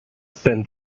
spent